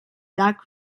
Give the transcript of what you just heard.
llac